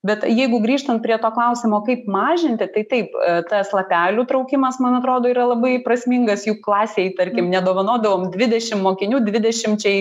bet jeigu grįžtant prie to klausimo kaip mažinti tai taip tas lapelių traukimas man atrodo yra labai prasmingas juk klasėj tarkim nedovanodavom dvidešim mokinių dvidešimčiai